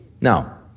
Now